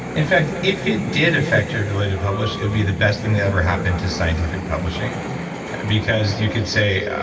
in fact, if it did affect your ability to publish, it'd be the best thing that ever happened to scientific publishing because you could say,